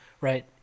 right